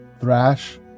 Thrash